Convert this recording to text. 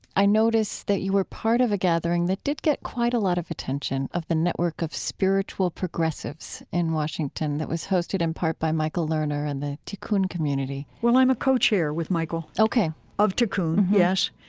i noticed that you were part of a gathering that did get quite a lot of attention, of the network of spiritual progressives in washington that was hosted in part by michael lerner and the tikkun community well, i'm a co-chair with michael of tikkun, yes.